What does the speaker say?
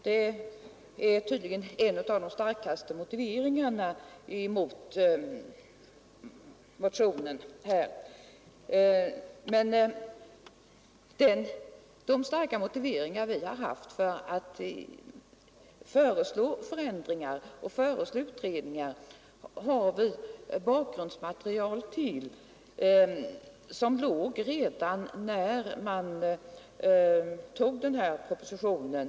Detta är tydligen ett av de starkaste argumenten mot motionen Men till de starka motiveringar vi har haft för att föreslå ändringar och utredningar har vi bakgrundsmaterial, som förelåg redan när man tog den här propositionen.